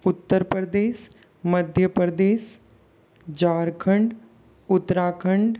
Uttar Pradesh Madhya Pradesh Jharkhand Uttarakhand